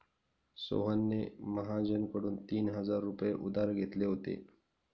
सोहनने महाजनकडून तीन हजार रुपये उधार घेतले होते